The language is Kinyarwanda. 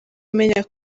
menya